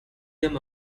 them